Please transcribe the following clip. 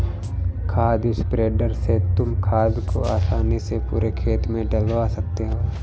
खाद स्प्रेडर से तुम खाद को आसानी से पूरे खेत में डलवा सकते हो